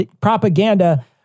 propaganda